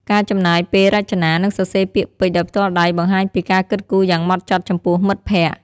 ការចំណាយពេលរចនា និងសរសេរពាក្យពេចន៍ដោយផ្ទាល់ដៃ បង្ហាញពីការគិតគូរយ៉ាងហ្មត់ចត់ចំពោះមិត្តភក្ដិ។